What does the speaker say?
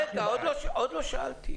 עוד לא שאלתי.